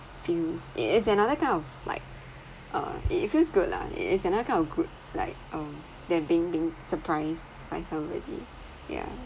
feels it's another kind of like uh it it feels good lah it's another kind of good like um they are being being surprised by somebody yeah